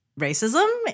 racism